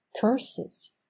curses